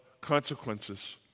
consequences